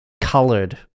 coloured